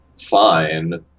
fine